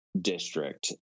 district